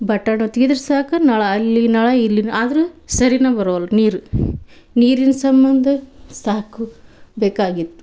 button ವತ್ತಿದ್ರೆ ಸಾಕು ನಳ ಅಲ್ಲಿ ನಳ ಇಲ್ಲಿ ಆದ್ರೆ ಸರಿನೇ ಬರ್ವಲ್ಲ ನೀರು ನೀರಿನ ಸಂಬಂಧ ಸಾಕು ಬೇಕಾಗಿತ್ತು